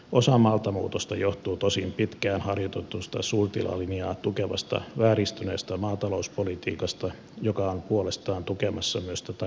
osa maaltamuutosta johtuu tosin pitkään harjoitetusta suurtilalinjaa tukevasta vääristyneestä maatalouspolitiikasta joka on puolestaan tukemassa myös tätä kaupan keskittymistä